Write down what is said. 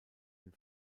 den